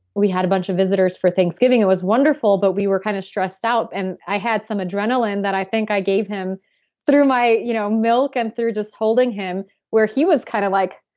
we had a bunch of visitors for thanksgiving. it was wonderful, but we were kind of stressed out and i had some adrenaline that i think i gave through my you know milk and through just holding him where he was kind of like,